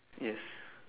yes